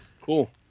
cool